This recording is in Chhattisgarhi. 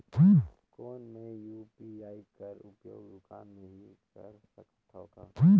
कौन मै यू.पी.आई कर उपयोग दुकान मे भी कर सकथव का?